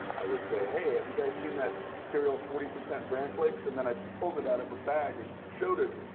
i would say, hey, have you guys seen that cereal forty percent bran flakes? and then, i pulled it out of a bag and showed it